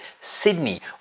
Sydney